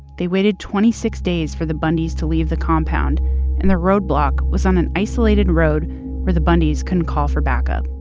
they waited twenty six days for the bundys to leave the compound and the roadblock was on an isolated road where the bundys couldn't call for backup